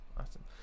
Awesome